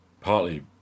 Partly